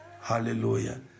Hallelujah